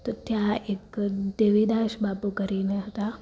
તો ત્યાં એક દેવીદાસ બાપુ કરીને હતા